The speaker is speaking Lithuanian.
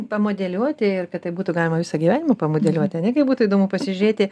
pamodeliuoti ir kad tai būtų galima visą gyvenimą pamodeliuoti ane kaip būtų įdomu pasižiūrėti